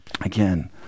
Again